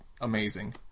amazing